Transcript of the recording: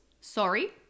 Sorry